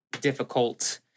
difficult